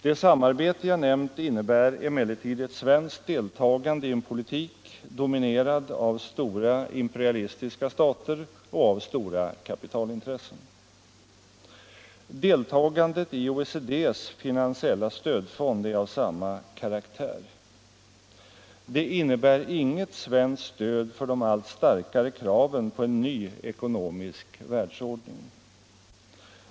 Det samarbete jag nämnt innebär emellertid ett svenskt deltagande i en politik dominerad av stora imperialistiska stater och av stora kapitalintressen. Deltagandet i OECD:s finansiella stödfond är av samma karaktär. Det innebär inget svenskt stöd för de allt starkare kraven på en ny ekonomisk världsordning.